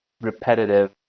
repetitive